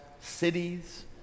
cities